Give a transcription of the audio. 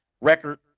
record